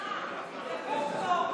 זה חוק טוב.